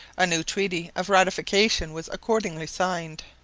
a new treaty of ratification was accordingly signed.